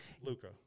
Luca